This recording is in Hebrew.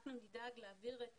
שאנחנו נדאג להעביר את